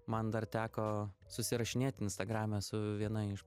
man dar teko susirašinėt instagrame su viena iš